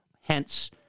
Hence